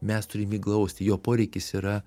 mes turim jį glausti jo poreikis yra